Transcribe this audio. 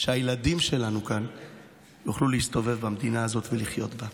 שהילדים שלנו יוכלו להסתובב כאן במדינה הזאת ולחיות בה.